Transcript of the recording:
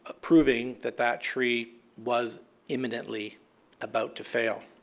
ah proving that that tree was imminently about to fail.